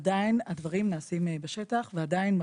עדיין נעשים הדברים בשטח ועדיין,